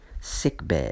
sickbed